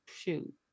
Shoot